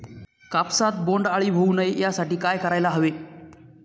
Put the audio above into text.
कापसात बोंडअळी होऊ नये यासाठी काय करायला हवे?